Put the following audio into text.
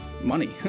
money